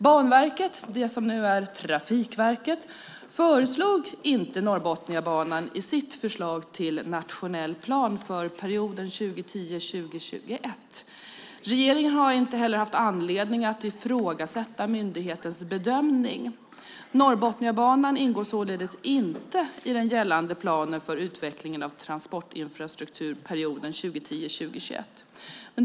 Banverket - det som nu är Trafikverket - föreslog inte Norrbotniabanan i sitt förslag till nationell plan för perioden 2010-2021. Regeringen har inte heller haft anledning att ifrågasätta myndighetens bedömning. Norrbotniabanan ingår således inte i den gällande planen för utvecklingen av transportinfrastruktur perioden 2010-2021.